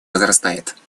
возрастает